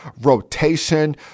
rotation